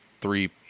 three